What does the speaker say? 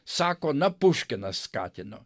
sako na puškinas skatino